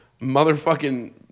motherfucking